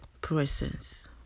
presence